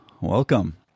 welcome